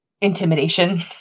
intimidation